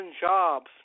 jobs